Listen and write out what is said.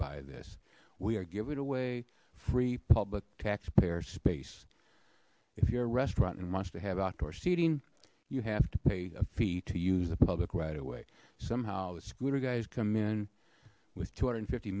by this we are giving away free public taxpayer space if your restaurant and wants to have outdoor seating you have to pay a fee to use the public right away somehow the scooter guys come in with two hundred and fifty